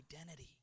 identity